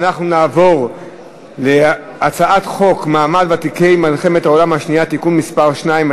אנחנו נעבור להצעת חוק מעמד ותיקי מלחמת העולם השנייה (תיקון מס' 2),